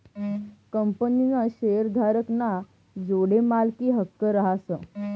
कंपनीना शेअरधारक ना जोडे मालकी हक्क रहास